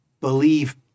believe